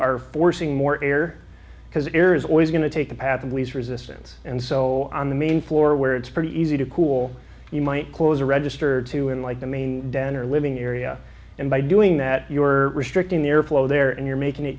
are forcing more air because air is always going to take the path of least resistance and so on the main floor where it's pretty easy to cool you might close a register to unlike the main down or living area and by doing that you are restricting the airflow there and you're making it